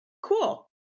Cool